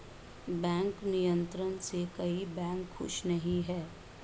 bank नियंत्रण से कई बैंक खुश नही हैं